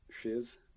shiz